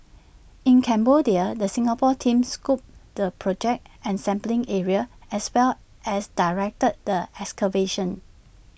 in Cambodia the Singapore team scoped the project and sampling area as well as directed the excavation